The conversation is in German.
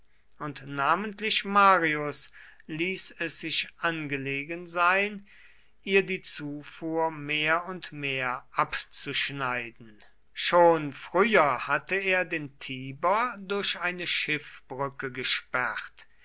und namentlich marius ließ es sich angelegen sein ihr die zufuhr mehr und mehr abzuschneiden schon früher hatte er den tiber durch eine schiffbrücke gesperrt